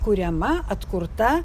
kuriama atkurta